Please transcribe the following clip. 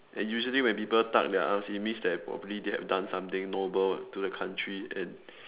and usually when people tuck their arms it means that probably they have done something noble to the country and